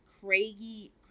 craggy